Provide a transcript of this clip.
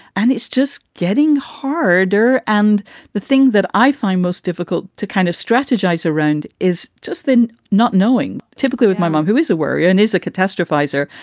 and it's just getting harder. and the thing that i find most difficult to kind of strategize around is just then not knowing. typically with my mom, who is a worrier and is a catastrophize her,